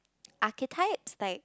archetypes like